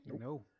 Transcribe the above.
No